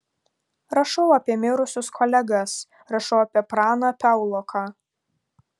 rašau apie mirusius kolegas rašau apie praną piauloką